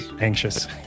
anxious